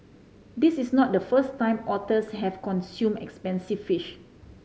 this is not the first time otters have consumed expensive fish